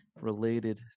related